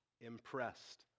impressed